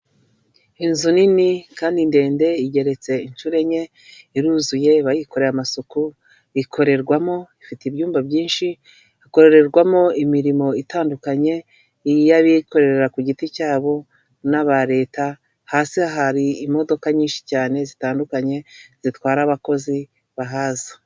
Inzu nini kandi ndende, igeretse inshuro enye, iruzuye bayikoreye amasuku, ikorerwamo, ifite ibyumba byinshi, ikorerwamo imirimo itandukanye, iy'abikorera ku giti cyabo n'aba leta, hasi hari imodoka nyinshi cyane zitandukanye zitwara abakozi bahaza.